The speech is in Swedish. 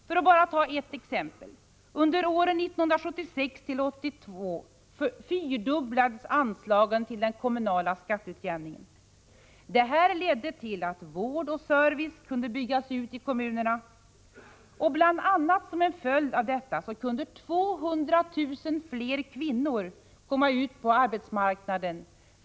För att bara ta ett exempel: Under åren 1976-1982 fyrdubblades anslagen till den kommande kommunala skatteutjämningen. Detta ledde till att vård och service kunde byggas ut i kommunerna. Bl. a. som en följd av detta kunde 200 000 fler kvinnor komma ut på arbetsmarknaden.